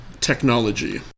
technology